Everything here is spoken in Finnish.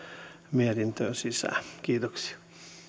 mietintöön sisään kiitoksia